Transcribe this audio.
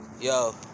Yo